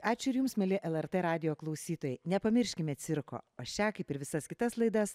ačiū ir jums mieli lrt radijo klausytojai nepamirškime cirko o šią kaip ir visas kitas laidas